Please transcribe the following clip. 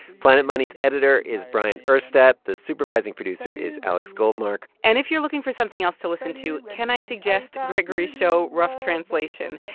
planet money's editor is bryant urstadt. the supervising producer is alex goldmark and if you're looking for something else to listen to, can i suggest gregory's show rough translation?